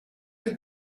did